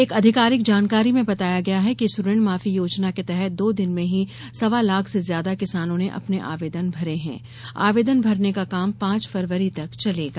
एक अधिकारिक जानकारी में बताया गया है कि इस ऋण माफी योजना के तहत दो दिन में ही सवा लाख से ज्यादा किसानो ने अपने आवेदन भरे हैं आवेदन भरने का काम पांच फरवरी तक चलेगा